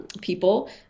people